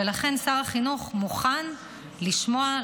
ולכן שר החינוך מוכן לשמוע,